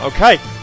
Okay